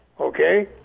okay